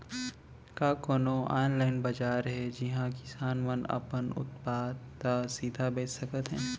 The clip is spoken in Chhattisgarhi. का कोनो अनलाइन बाजार हे जिहा किसान मन अपन उत्पाद ला सीधा बेच सकत हे?